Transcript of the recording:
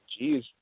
jeez